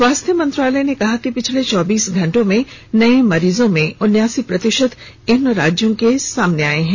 स्वास्थ्य मंत्रालय ने कहा है कि पिछले चौबीस घंटे में नए मरीजों में उनासी प्रतिशत इन राज्यों से सामने आए हैं